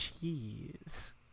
cheese